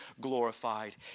glorified